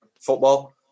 football